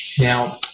Now